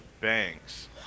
Banks